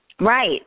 Right